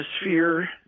atmosphere